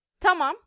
Tamam